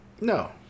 No